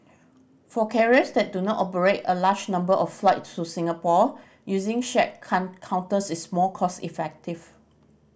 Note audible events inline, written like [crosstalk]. for carriers that do not operate a large number of flights to Singapore using shared [unintelligible] counters is more cost effective